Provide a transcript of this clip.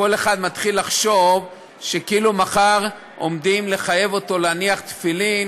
כל אחד מתחיל לחשוב שכאילו מחר עומדים לחייב אותו להניח תפילין